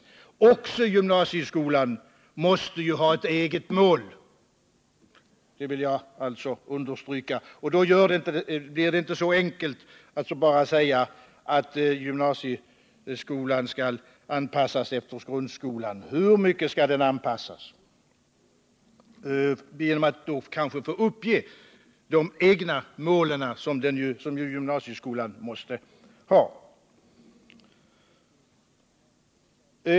Även gymnasieskolan måste ha ett eget mål, vilket jag vill understryka. Det är inte så enkelt, att man bara kan säga att gymnasieskolan skall anpassas efter grundskolan. Hur mycket skall den anpassas? Måste den uppge de egna mål som ju gymnasieskolan måste ha?